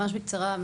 ממש בקצרה,